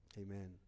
Amen